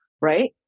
right